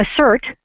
assert